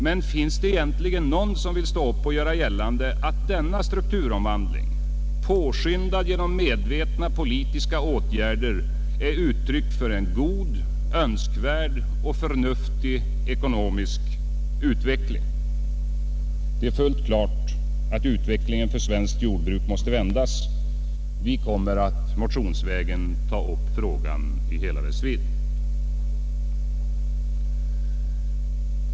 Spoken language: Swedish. Men finns det egentligen någon som vill stå upp och göra gällande att denna strukturomvandling — påskyndad genom medvetna politiska åtgärder — är uttryck för en god, önskvärd och förnuftig ekonomisk utveckling? Det är fullt klart att utvecklingen för svenskt jordbruk måste vändas. Vi kommer att motionsvägen ta upp frågan i hela dess vidd.